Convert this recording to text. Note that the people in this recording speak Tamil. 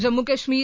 ஜம்மு கஷ்மீர்